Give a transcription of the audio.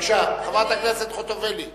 בבקשה, חברת הכנסת חוטובלי.